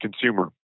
consumer